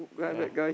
ya